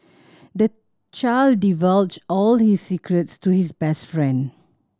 the child divulged all his secrets to his best friend